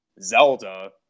Zelda